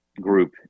group